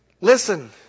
listen